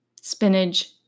spinach